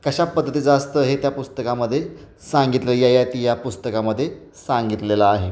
कशा पद्धतीचं असतं हे त्या पुस्तकामध्ये सांगितलं आहे ययाती या पुस्तकामध्ये सांगितलेलं आहे